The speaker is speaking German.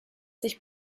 sich